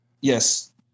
yes